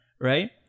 right